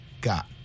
got